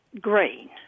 green